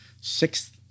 sixth